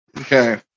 Okay